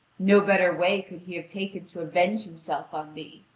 no better way could he have taken to avenge himself on thee.